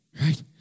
right